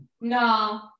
No